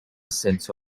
senso